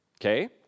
okay